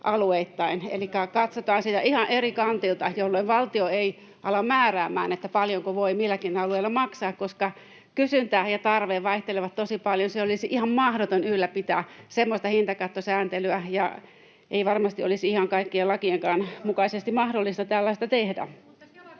Elikkä katsotaan sitä ihan eri kantilta, jolloin valtio ei ala määräämään, paljonko voi milläkin alueella maksaa, koska kysyntä ja tarve vaihtelevat tosi paljon. Olisi ihan mahdoton ylläpitää semmoista hintakattosääntelyä, eikä varmasti olisi ihan kaikkien lakienkaan mukaisesti mahdollista tällaista tehdä.